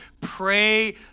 pray